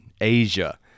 Asia